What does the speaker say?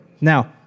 Now